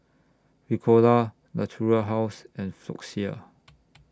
Ricola Natura House and Floxia